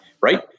right